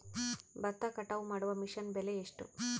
ಭತ್ತ ಕಟಾವು ಮಾಡುವ ಮಿಷನ್ ಬೆಲೆ ಎಷ್ಟು?